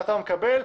חתם המקבל,